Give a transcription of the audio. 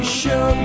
show